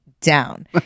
down